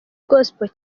gospel